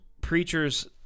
preachers